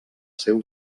seu